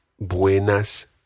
buenas